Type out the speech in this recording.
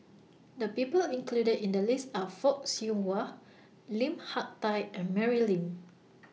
The People included in The list Are Fock Siew Wah Lim Hak Tai and Mary Lim